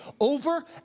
over